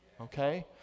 Okay